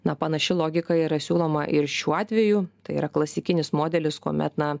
na panaši logika yra siūloma ir šiuo atveju tai yra klasikinis modelis kuomet na